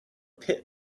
pit